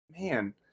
Man